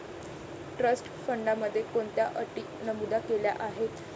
Trust फंडामध्ये कोणत्या अटी नमूद केल्या आहेत?